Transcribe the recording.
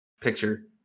picture